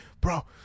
bro